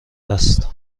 است